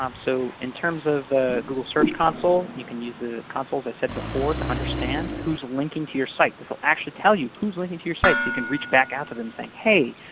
um so in terms of the google search console, you can use the console, as i said before, to understand who's linking to your site. this will actually tell you, who's linking to your site, so you can reach back out to them, saying, hey,